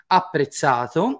apprezzato